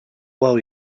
well